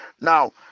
Now